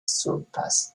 surpassed